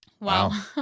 Wow